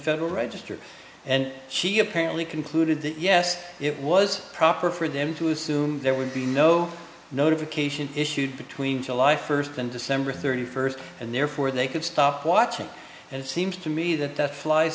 federal register and she apparently concluded that yes it was proper for them to assume there would be no notification issued between july first and december thirty first and therefore they could stop watching and it seems to me either that flies